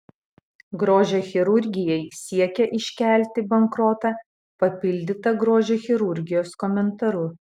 grožio chirurgijai siekia iškelti bankrotą papildyta grožio chirurgijos komentaru